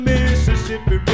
Mississippi